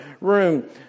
room